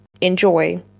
enjoy